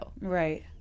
right